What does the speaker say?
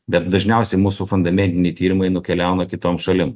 bet dažniausiai mūsų fundamentiniai tyrimai nukeliauna kitom šalim